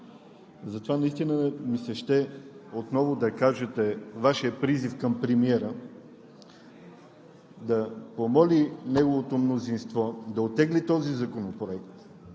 Затова наистина ми се ще отново да кажете Вашия призив към премиера да помоли неговото мнозинство да оттегли този законопроект,